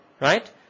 right